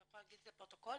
אני יכולה להגיד לפרוטוקול,